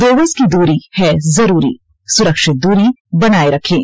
दो गज की दूरी है जरूरी सुरक्षित दूरी बनाए रखें